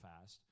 fast